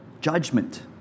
judgment